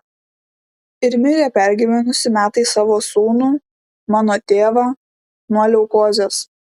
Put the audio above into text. ir mirė pergyvenusi metais savo sūnų mano tėvą nuo leukozės